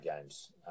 games